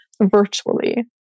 virtually